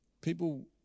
People